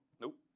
nope